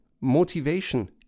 motivation